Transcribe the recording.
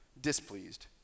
Displeased